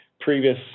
previous